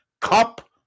cup